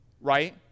right